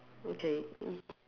okay